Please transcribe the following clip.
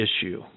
issue